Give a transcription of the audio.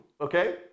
Okay